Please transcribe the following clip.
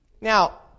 Now